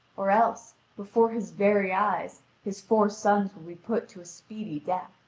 or else, before his very eyes, his four sons will be put to a speedy death.